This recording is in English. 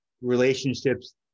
relationships